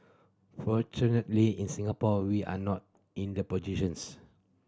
fortunately in Singapore we are not in the positions